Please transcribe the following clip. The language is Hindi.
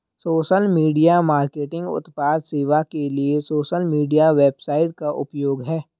सोशल मीडिया मार्केटिंग उत्पाद सेवा के लिए सोशल मीडिया वेबसाइटों का उपयोग है